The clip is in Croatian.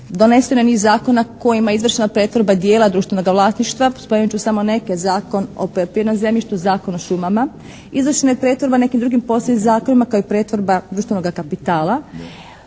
Doneseno je niz zakona kojima je izvršena pretvorba dijela društvenoga vlasništva. Spomenut ću samo neke Zakon o poljoprivrednom zemljištu, Zakon o šumama. Izvršena je pretvorba i nekim drugim poslije zakonima kao i pretvorna društvenoga kapitala.